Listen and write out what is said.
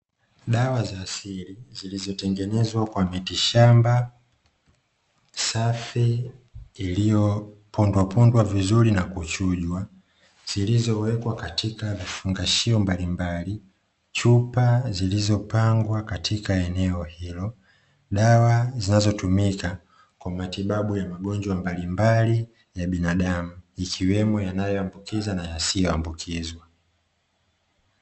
Dawa za asili zilizotengenezwa kwa mitishamba safi iliyopondwa pondwa vizuri na kuchujwa, zilizowekwa katika vifungashio mbalimbali, chupa zilizopangwa katika eneo hilo. Dawa zinazotumika kwa matibabu ya magonjwa mbalimbali ya binadamu, ikiwemo; yanayoambukiza na yasiyoambukiza.